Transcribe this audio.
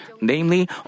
namely